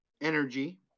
energy